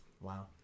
wow